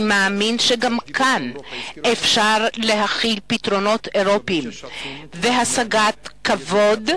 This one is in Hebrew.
אני מאמין שגם כאן אפשר להחיל פתרונות אירופיים והשגת כבוד,